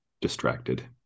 distracted